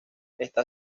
está